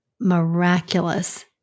miraculous